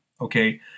Okay